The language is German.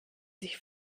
sich